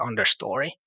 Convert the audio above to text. understory